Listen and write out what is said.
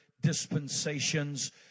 dispensations